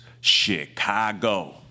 Chicago